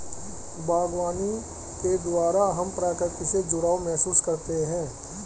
बागवानी के द्वारा हम प्रकृति से जुड़ाव महसूस करते हैं